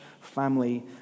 family